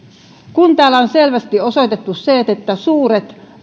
kun täällä on selvästi osoitettu se että suuret